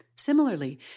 Similarly